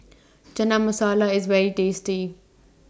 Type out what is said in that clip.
Chana Masala IS very tasty